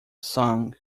song